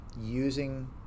using